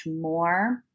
more